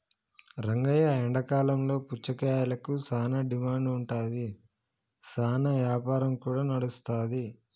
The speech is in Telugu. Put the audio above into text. రంగయ్య ఎండాకాలంలో పుచ్చకాయలకు సానా డిమాండ్ ఉంటాది, సానా యాపారం కూడా నడుస్తాది